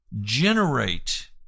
generate